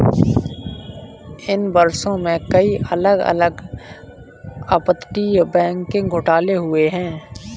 इन वर्षों में, कई अलग अलग अपतटीय बैंकिंग घोटाले हुए हैं